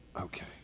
Okay